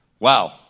Wow